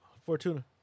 Fortuna